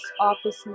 office